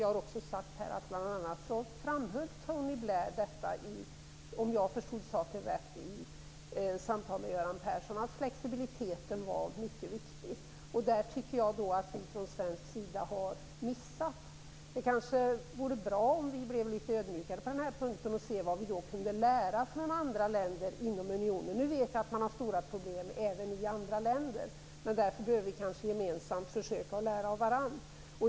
Jag har sagt här att också Tony Blair framhöll, om jag förstod saken rätt, i samtal med Göran Persson att flexibiliteten var mycket viktig. Där tycker jag att vi från svensk sida har missat. Det kanske vore bra om vi blev litet ödmjukare på den här punkten och kunde lära av de andra länderna inom unionen. Nu vet vi att man har stora problem även i andra länder. Därför behöver vi kanske gemensamt försöka att lära av varandra.